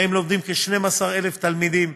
ובהם לומדים כ-12,000 תלמידים.